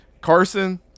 Carson